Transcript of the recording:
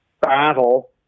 battle